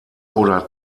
oder